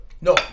No